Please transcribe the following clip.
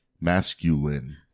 masculine